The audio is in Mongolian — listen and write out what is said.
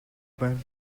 байна